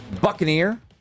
Buccaneer